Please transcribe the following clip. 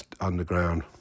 underground